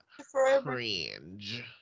cringe